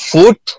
Foot